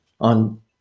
on